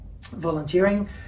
volunteering